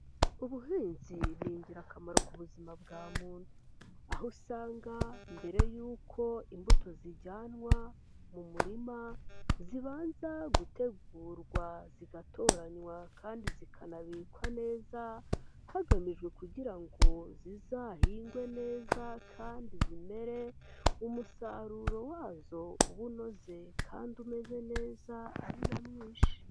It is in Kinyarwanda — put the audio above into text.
Ubuhinzi ni ingirakamaro ku buzima bwa muntu, aho usanga mbere yuko imbuto zijyanwa mu murima, zibanza gutegurwa, zigatoranywa kandi zikanabikwa neza, hagamijwe kugira ngo zizahingwe neza kandi zimere, umusaruro wazo ube unoze kandi umeze neza ari na mwinshi.